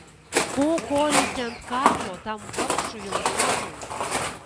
ko koreisi ant kaklo tam vargšui jaunuoliui